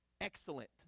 excellent